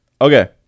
Okay